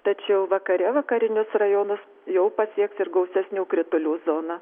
tačiau vakare vakarinius rajonus jau pasieks ir gausesnių kritulių zona